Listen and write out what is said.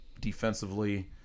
defensively